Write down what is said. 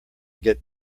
get